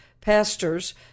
pastors